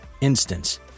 Instance